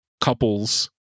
couples